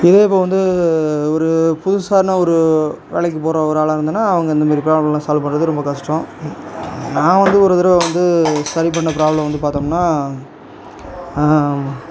இதே இப்போ வந்து ஒரு புதுசான ஒரு வேலைக்கு போகிற ஒரு ஆளாக இருந்தானா அவங்க அந்த மாதிரி ப்ராப்ளம்லாம் சால்வ் பண்றது ரொம்ப கஷ்டம் நான் வந்து ஒரு தடவை வந்து சரி பண்ண ப்ராப்ளம் வந்து பார்த்தோம்னா